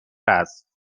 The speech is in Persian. است